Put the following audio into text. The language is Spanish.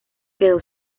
quedó